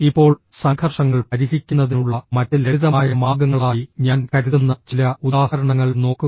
ഇപ്പോൾ സംഘർഷങ്ങൾ പരിഹരിക്കുന്നതിനുള്ള മറ്റ് ലളിതമായ മാർഗങ്ങളായി ഞാൻ കരുതുന്ന ചില ഉദാഹരണങ്ങൾ നോക്കുക